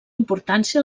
importància